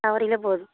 ஆ ஒரு கிலோ போதும்